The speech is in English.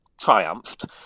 triumphed